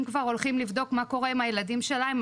כבר הולכים לבדוק מה קורה עם הילדים שלהם,